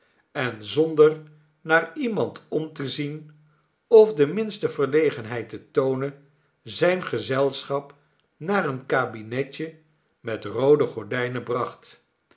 en zonder naar iemand om te zien of de minste verlegenhe d te toonen zijn gezelschap naar een kabinetje met roode gordijnen bracht